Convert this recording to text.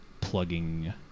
plugging